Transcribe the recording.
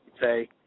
say